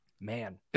Man